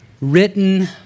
written